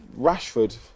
Rashford